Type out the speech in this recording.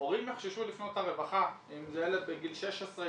הורים יחששו לפנות לרווחה אם זה ילד בגיל 16,